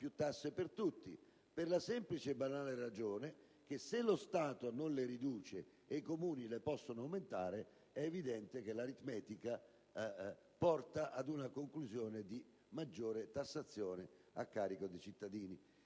più tasse per tutti, per la semplice e banale ragione che, se lo Stato non le riduce e i Comuni le possono aumentare, l'aritmetica indica che si determinerà una maggiore tassazione a carico dei cittadini: